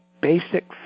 basic